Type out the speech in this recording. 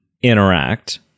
interact